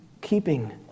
keeping